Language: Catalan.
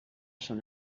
són